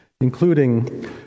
including